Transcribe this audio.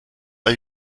are